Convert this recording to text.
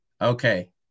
okay